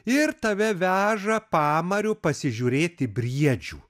ir tave veža pamariu pasižiūrėti briedžių